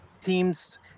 teams